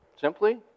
simply